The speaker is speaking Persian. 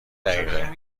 دقیقه